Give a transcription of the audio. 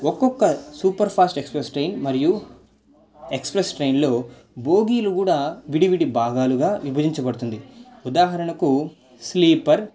ఒక్కొక్క super fast express train మరియు express ట్రైన్లో భోగిలు కూడా విడివిడి బాగాలుగా విభజించబడుతుంది ఉదాహరణకు స్లీపర్